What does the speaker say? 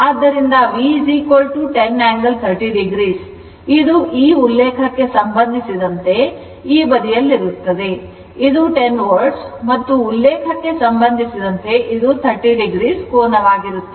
ಆದ್ದರಿಂದ V 10 angle 30 o ಇದು ಈ ಉಲ್ಲೇಖಕ್ಕೆ ಸಂಬಂಧಿಸಿದಂತೆ ಈ ಬದಿಯಲ್ಲಿರುತ್ತದೆ ಇದು 10 volt ಮತ್ತು ಉಲ್ಲೇಖಕ್ಕೆ ಸಂಬಂಧಿಸಿದಂತೆ ಇದು 30 o ಕೋನವಾಗಿರುತ್ತದೆ